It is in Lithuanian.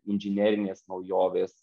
inžinerinės naujovės